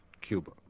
Cuba